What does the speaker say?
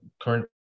current